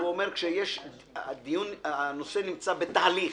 הוא אומר: כאשר העניין נמצא בתהליך.